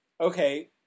okay